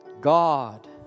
God